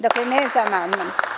Dakle, ne za amandman.